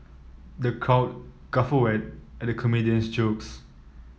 the crowd guffawed at the comedian's jokes